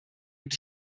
und